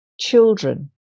children